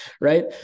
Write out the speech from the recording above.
right